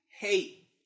hate